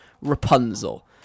rapunzel